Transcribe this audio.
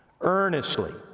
earnestly